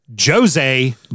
Jose